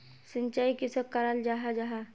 सिंचाई किसोक कराल जाहा जाहा?